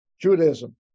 Judaism